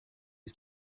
his